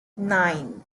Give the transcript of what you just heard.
nine